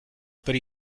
per